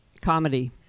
comedy